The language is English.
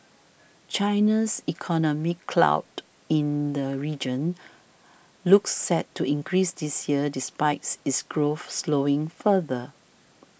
China's economic clout in the region looks set to increase this year despite its growth slowing further